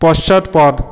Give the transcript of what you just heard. পশ্চাৎপদ